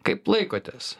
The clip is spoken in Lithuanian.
kaip laikotės